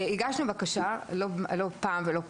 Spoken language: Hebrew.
הגשנו בקשה, לא פעם ולא פעמיים.